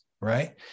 right